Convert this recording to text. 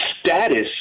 status